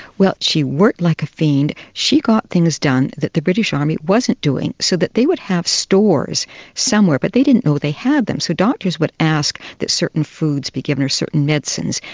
she worked like a fiend, she got things done that the british army wasn't doing, so that they would have stores somewhere but they didn't know they had them. so doctors would ask that certain foods be given, or certain medicines,